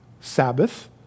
Sabbath